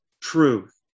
truth